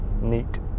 Neat